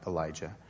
Elijah